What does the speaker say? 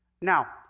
Now